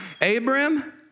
Abram